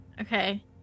Okay